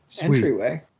entryway